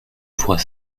voit